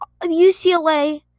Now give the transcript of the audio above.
UCLA